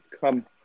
come